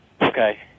Okay